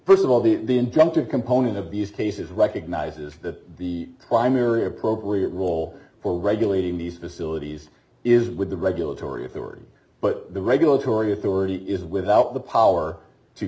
st of all the intent to component of these cases recognizes that the primary appropriate role for regulating these facilities is with the regulatory authority but the regulatory authority is without the power to